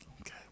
Okay